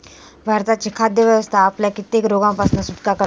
भारताची खाद्य व्यवस्था आपल्याक कित्येक रोगांपासना सुटका करता